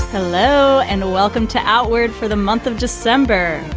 hello and welcome to outward for the month of december.